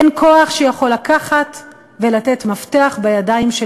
אין כוח שיכול לקחת ולתת מפתח בידיים של